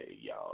y'all